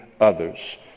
others